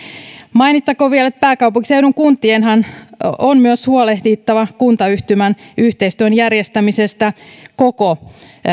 mainittakoon vielä että pääkaupunkiseudun kuntienhan on myös huolehdittava kuntayhtymän yhteistyön järjestämisestä koko